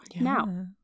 Now